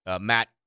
Matt